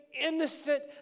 innocent